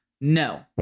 No